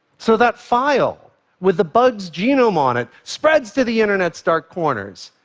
so that file with the bug's genome on it spreads to the internet's dark corners.